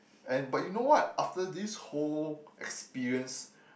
and but you know what after this whole experience